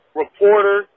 reporter